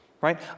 right